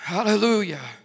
Hallelujah